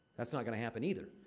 that's not gonna happen either.